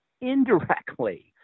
indirectly